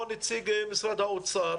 או מנציג משרד האוצר.